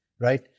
right